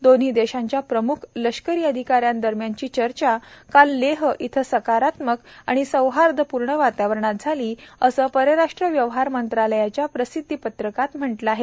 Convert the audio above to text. दोन्ही देशांच्या प्रम्ख लष्करी अधिकाऱ्यांदरम्यानची चर्चा काल लेह इथं सकारात्मक आणि सौहार्दपूर्ण वातावरणात झाली असं परराष्ट्रव्यवहार मंत्रालयाच्या प्रसिद्वीपत्रकात म्हटलं आहे